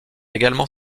également